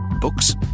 Books